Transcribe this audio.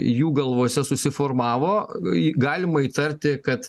jų galvose susiformavo i galima įtarti kad